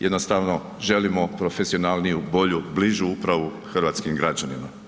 Jednostavno želimo profesionalniju, bolju, bližu upravu hrvatskim građanima.